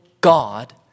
God